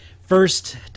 first